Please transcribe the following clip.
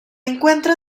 encuentra